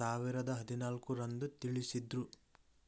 ಸಾವಿರದ ಹದಿನಾಲ್ಕು ರಂದು ತಿಳಿಸಿದ್ರು